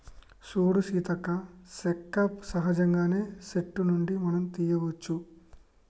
సూడు సీతక్క సెక్క సహజంగానే సెట్టు నుండి మనం తీయ్యవచ్చు